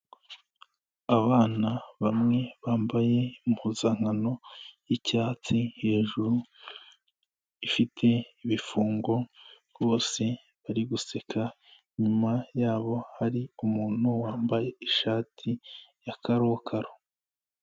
Abana bamwe bambaye impuzankano y'icyatsi hejuru ifite ibifungo rwose bari guseka, inyuma yabo hari umuntu wambaye ishati ya karokaro.